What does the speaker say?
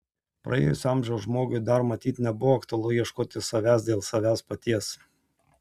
praėjusio amžiaus žmogui dar matyt nebuvo aktualu ieškoti savęs dėl savęs paties